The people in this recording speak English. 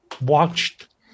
watched